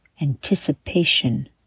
anticipation